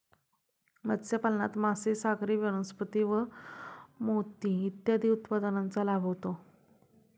मत्स्यपालनात मासे, सागरी वनस्पती व मोती इत्यादी उत्पादनांचा लाभ होतो